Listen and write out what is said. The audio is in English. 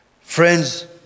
Friends